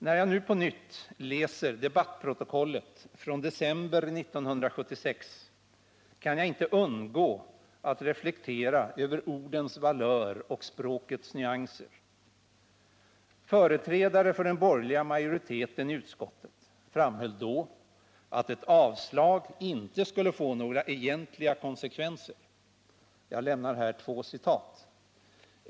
När jag nu på nytt läser debattprotokollet från december 1976, kan jag inte undgå att reflektera över ordens valör och språkets nyanser. Företrädare för den borgerliga majoriteten i utskottet framhöll då att ett avslag inte skulle få några egentliga konsekvenser. Jag lämnar här två citat.